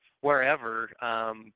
wherever